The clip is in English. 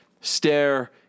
stare